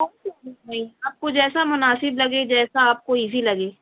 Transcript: آپ کو جیسا مناسب لگے جیسا آپ کو ایزی لگے